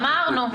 אמרנו,